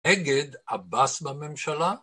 נגד עבס בממשלה?